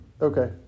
Okay